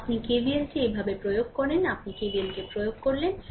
সুতরাং আপনি KVLটি এভাবে প্রয়োগ করেন আপনি KVLকে এটি প্রয়োগ করেন